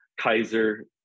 Kaiser